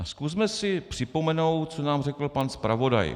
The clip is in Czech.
Zkusme si připomenout, co nám řekl pan zpravodaj.